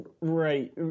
Right